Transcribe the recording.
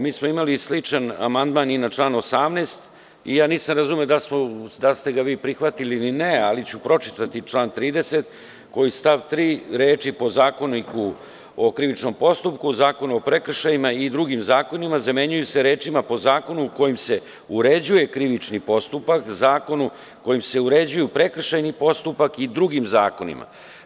Mi smo imali sličan amandman i na član 18. i ja nisam razumeo da li ste ga vi prihvatili ili ne, ali ću pročitati član 30. koji stav 3. reči „po Zakoniku o krivičnom postupku, Zakonu o prekršajima i drugim zakonima“ zamenjuju se rečima: „Po zakonu kojim se uređuje krivični postupak, Zakonu kojim se uređuju prekršajni postupak i drugim zakonima“